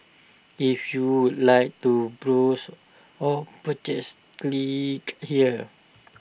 if you would like to browse or purchase click here